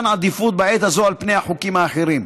לה עדיפות בעת הזאת על חוקים אחרים.